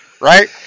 Right